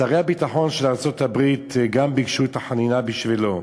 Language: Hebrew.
גם שרי הביטחון של ארצות-הברית ביקשו את החנינה בשבילו.